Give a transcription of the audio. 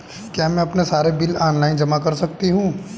क्या मैं अपने सारे बिल ऑनलाइन जमा कर सकती हूँ?